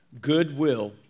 Goodwill